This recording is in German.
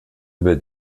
über